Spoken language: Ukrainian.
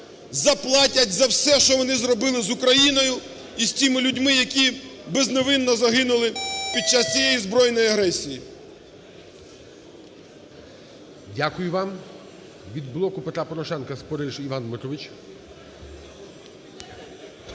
заплатять за все, що вони зробили з Україною і з тими людьми, які безневинно загинули під час цієї збройної агресії. ГОЛОВУЮЧИЙ. Дякую вам. Від "Блоку Петра Порошенка" Спориш Іван Дмитрович.